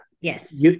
yes